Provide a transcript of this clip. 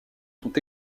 sont